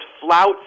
flout